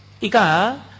ika